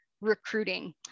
recruiting